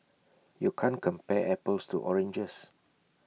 you can't compare apples to oranges